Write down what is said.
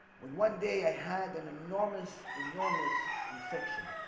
when one day i had an enormous enormous infection